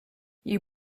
you